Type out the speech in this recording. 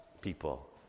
people